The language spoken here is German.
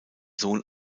sohn